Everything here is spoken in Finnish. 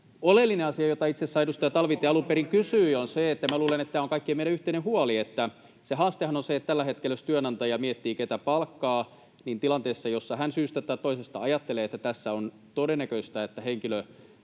leikata? — Puhemies koputtaa] — ja minä luulen, että tämä on kaikkien meidän yhteinen huoli — että se haastehan on se, että tällä hetkellä, jos työnantaja miettii, ketä palkkaa, tilanteessa, jossa hän syystä tai toisesta ajattelee, että tässä on todennäköistä, että henkilö